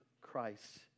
Christ